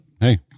hey